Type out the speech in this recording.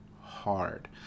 hard